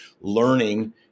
learning